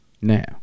Now